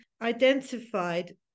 identified